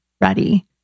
ready